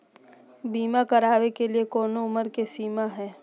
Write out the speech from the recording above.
बीमा करावे के लिए कोनो उमर के सीमा है?